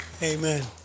Amen